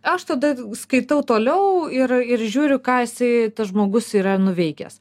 aš tada skaitau toliau ir ir žiūriu ką jisai tas žmogus yra nuveikęs